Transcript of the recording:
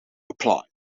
applied